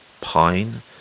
pine